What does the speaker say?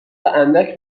اندک